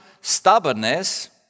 stubbornness